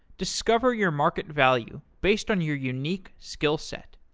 discover your market value based on your unique skill set.